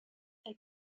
elle